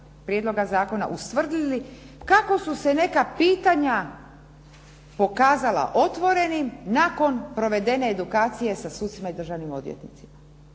prijedloga zakona ustvrdili kako su se neka pitanja ukazala otvorenim nakon provedene edukacije sa sucima i državnim odvjetnicima.